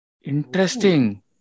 Interesting